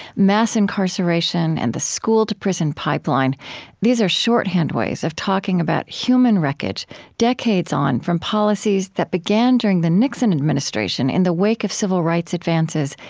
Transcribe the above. mass incarceration and the school-to-prison pipeline these are shorthand ways of talking about human wreckage decades on from policies that began during the nixon administration in the wake of civil rights advances,